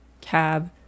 cab